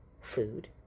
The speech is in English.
food